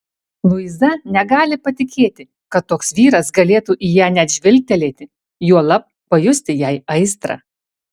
luiza negali patikėti kad toks vyras galėtų į ją net žvilgtelėti juolab pajusti jai aistrą